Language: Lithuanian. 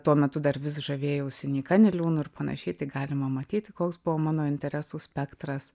tuo metu dar vis žavėjausi nyka niliūnu ir panašiai galima matyti koks buvo mano interesų spektras